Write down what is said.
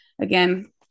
again